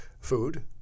food